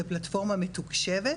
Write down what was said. לפלטפורמה מתוקשבת,